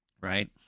right